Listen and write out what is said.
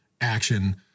action